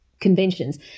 conventions